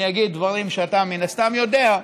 אני אגיד דברים שאתה מן הסתם יודע,